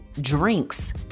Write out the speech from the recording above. drinks